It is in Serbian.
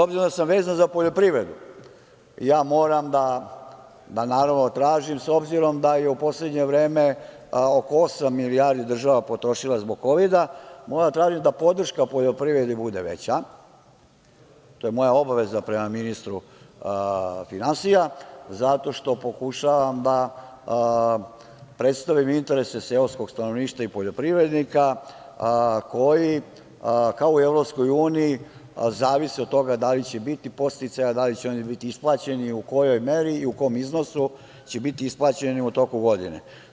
Obzirom da sam vezan za poljoprivredu, moram da tražim, obzirom da je u poslednje vreme oko osam milijardi država potrošila zbog Kovida, moram da tražim da podrška poljoprivredi bude veća, to je moja obaveza prema ministru finansija, zato što pokušavam da predstavim interese seoskog stanovništva i poljoprivrednika, koji kao i u EU zavise od toga da li će biti podsticaja, da li će biti isplaćeni, u kojoj meri i u kom iznosu će biti isplaćeni u toku godine.